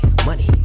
Money